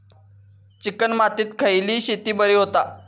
Chicken मातीत खयली शेती बरी होता?